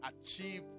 achieve